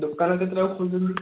ଦୋକାନ କେତେଟାକୁ ଖୋଲୁଛନ୍ତି